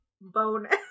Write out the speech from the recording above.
bonus